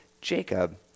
Jacob